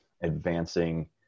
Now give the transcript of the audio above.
advancing